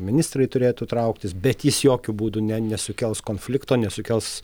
ministrai turėtų trauktis bet jis jokiu būdu ne nesukels konflikto nesukels